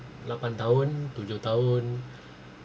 lapan tahun tujuh tahun